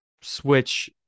switch